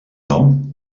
nom